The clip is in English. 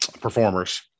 performers